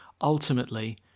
ultimately